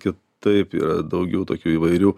kitaip yra daugiau tokių įvairių